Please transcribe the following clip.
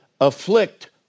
afflict